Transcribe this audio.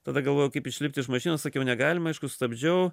tada galvojau kaip išlipti iš mašinos sakiau negalima aišku stabdžiau